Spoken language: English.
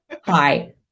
Hi